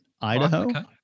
idaho